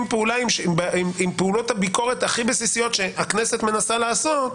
פעולה עם פעולות הביקורת הכי בסיסיות שהכנסת מנסה לעשות,